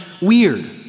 weird